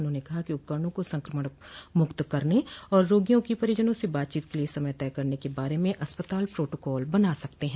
उन्होंने कहा कि उपकरणों को संक्रमण मुक्त करने और रोगियों की परिजनों की बातचीत के लिए समय तय करने के बारे में अस्पताल प्रोटोकॉल बना सकते हैं